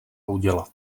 udělat